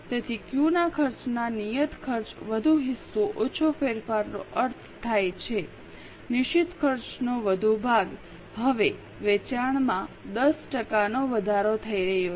તેથી ક્યૂના ખર્ચમાં નિયત ખર્ચનો વધુ હિસ્સો ઓછો ફેરફારનો અર્થ થાય છે નિશ્ચિત ખર્ચનો વધુ ભાગ હવે વેચાણમાં 10 ટકાનો વધારો થઈ રહ્યો છે